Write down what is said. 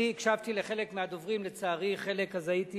אני הקשבתי לחלק מהדוברים, לצערי, חלק, אז הייתי